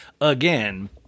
again